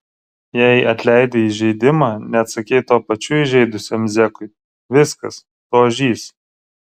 jei atleidai įžeidimą neatsakei tuo pačiu įžeidusiam zekui viskas tu ožys